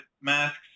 masks